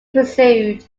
pursued